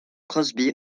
crosby